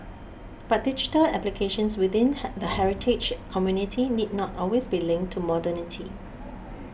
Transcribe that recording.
but digital applications within hen the heritage community need not always be linked to modernity